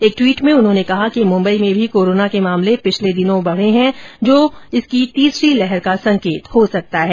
एक ट्वीट में उन्होंने कहा कि मुंबई में भी कोरोना के मामले पिछले दिनों बढ़े हैं जो कोरोना की तीसरी लहर का संकेत हो सकता है